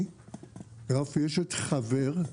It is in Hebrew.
אני רפי עשת, חבר,